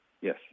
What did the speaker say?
Yes